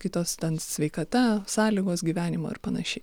kitos ten sveikata sąlygos gyvenimo ir panašiai